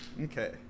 Okay